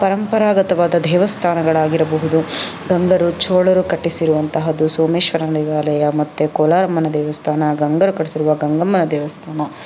ಪರಂಪರಾಗತವಾದ ದೇವಸ್ಥಾನಗಳಾಗಿರಬಹುದು ಗಂಗರು ಚೋಳರು ಕಟ್ಟಿಸಿರುವಂತಹದ್ದು ಸೋಮೇಶ್ವರ ದೇವಾಲಯ ಮತ್ತು ಕೋಲಾರಮ್ಮನ ದೇವಸ್ಥಾನ ಗಂಗರು ಕಟ್ಟಿಸಿರುವ ಗಂಗಮ್ಮನ ದೇವಸ್ಥಾನ